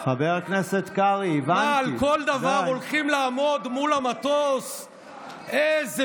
כי אף אחד לא היה מאמין לך,